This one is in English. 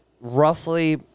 roughly